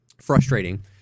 frustrating